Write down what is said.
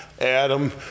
Adam